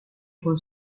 con